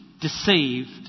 deceived